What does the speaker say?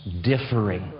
differing